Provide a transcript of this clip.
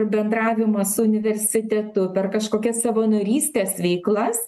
bendravimą su universitetu per kažkokias savanorystės veiklas